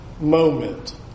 moment